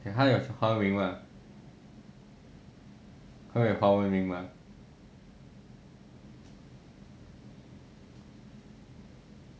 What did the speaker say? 他有华文名吗